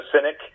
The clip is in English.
cynic